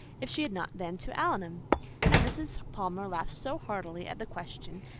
if she had not been to allenham and mrs. palmer laughed so heartily at the question,